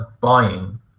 buying